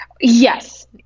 yes